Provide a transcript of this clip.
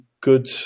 good